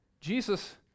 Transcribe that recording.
Jesus